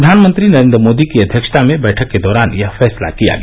प्रधानमंत्री नरेंद्र मोदी की अध्यक्षता में बैठक के दौरान यह फैसला किया गया